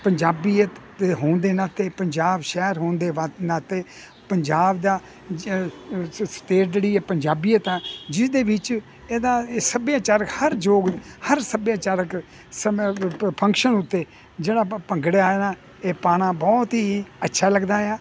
ਪੰਜਾਬੀਅਤ ਦੇ ਹੋਣ ਦੇ ਨਾਤੇ ਪੰਜਾਬ ਸ਼ਹਿਰ ਹੋਣ ਦੇ ਬਾ ਨਾਤੇ ਪੰਜਾਬ ਦਾ ਜ ਅ ਸਟੇਟ ਜਿਹੜੀ ਹੈ ਪੰਜਾਬੀਅਤ ਹੈ ਜਿਹਦੇ ਵਿੱਚ ਇਹਦਾ ਇਹ ਸੱਭਿਆਚਾਰਕ ਹਰ ਜੋਗ ਹਰ ਸੱਭਿਆਚਾਰਕ ਸਮੇਂ ਫੰਕਸ਼ਨ ਉੱਤੇ ਜਿਹੜਾ ਆਪਾਂ ਭੰਗੜੇ ਹੈ ਨਾ ਇਹ ਪਾਉਣਾ ਬਹੁਤ ਹੀ ਅੱਛਾ ਲੱਗਦਾ ਆ